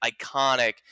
iconic –